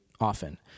often